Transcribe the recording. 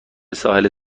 ساحل